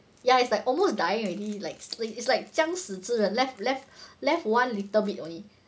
ya it's like almost dying already like sleep it's like 将死之人 left left left one little bit only